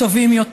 טובים יותר?